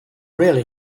really